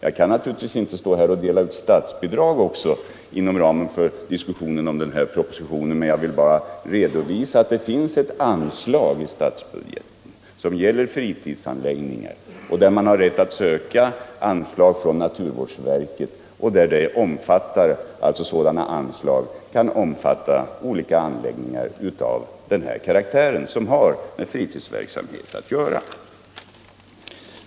Jag kan naturligtvis inte stå här och dela ut statsbidrag inom ramen för diskussionen om den här propositionen, men jag vill redovisa att det finns ett anslag i statsbudgeten som gör det möjligt att söka bidrag hos naturvårdsverket för anläggningar som har med fritidsverksamhet att göra.